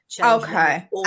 okay